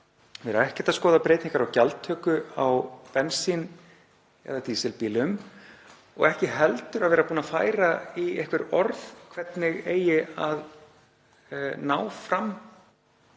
vera ekkert að skoða breytingar á gjaldtöku á bensín- eða dísilbílum og ekki heldur að vera búin að færa í orð hvernig eigi að banna